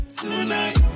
tonight